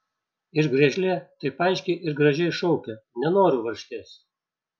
ir griežlė taip aiškiai ir gražiai šaukia nenoriu varškės